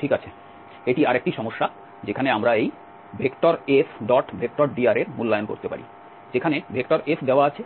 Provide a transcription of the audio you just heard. ঠিক আছে এটি আরেকটি সমস্যা যেখানে আমরা এই F⋅dr এর মূল্যায়ন করতে পারি যেখানে F দেওয়া আছে